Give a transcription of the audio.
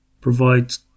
provides